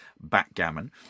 backgammon